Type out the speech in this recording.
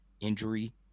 injury